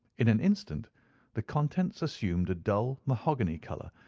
in an instant the contents assumed a dull mahogany colour,